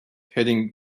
heading